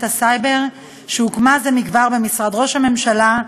הסייבר שהוקמה זה מכבר במשרד ראש הממשלה,